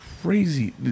crazy